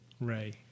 ray